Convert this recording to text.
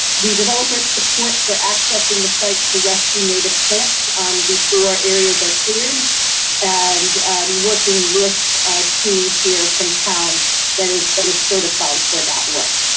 the developers support for accessing the site to rescue native plants before areas are cleared and working with a team here from town that is that is certified for that work.